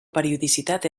periodicitat